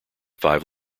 five